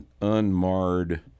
unmarred